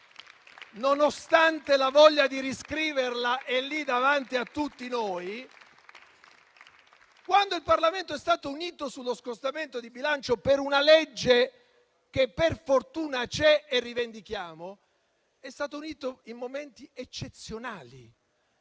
nonostante la voglia di riscriverla, è lì davanti a tutti noi. Il Parlamento è stato unito sullo scostamento di bilancio, per una legge che per fortuna c'è e che rivendichiamo, in momenti eccezionali